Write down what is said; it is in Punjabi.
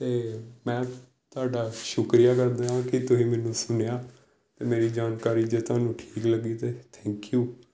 ਅਤੇ ਮੈਂ ਤੁਹਾਡਾ ਸ਼ੁਕਰੀਆ ਕਰਦਾ ਹਾਂ ਕਿ ਤੁਸੀਂ ਮੈਨੂੰ ਸੁਣਿਆ ਅਤੇ ਮੇਰੀ ਜਾਣਕਾਰੀ ਜੇ ਤੁਹਾਨੂੰ ਠੀਕ ਲੱਗੀ ਤਾਂ ਥੈਂਕ ਊ